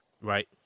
Right